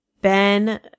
Ben